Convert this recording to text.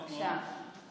חכה, מה אתה יודע.